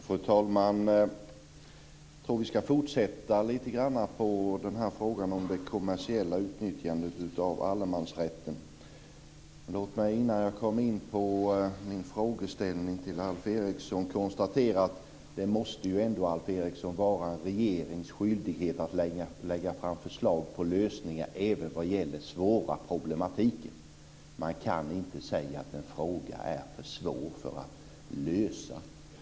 Fru talman! Jag tror att vi ska fortsätta lite grann med frågan om det kommersiella utnyttjandet av allemansrätten. Låt mig innan jag kommer in på min frågeställning till Alf Eriksson konstatera att det ändå, Alf Eriksson, måste vara en regerings skyldighet att lägga fram förslag till lösningar även vad gäller svåra problem. Man kan inte säga att en fråga är för svår för att lösas.